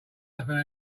husband